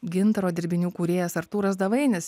gintaro dirbinių kūrėjas artūras davainis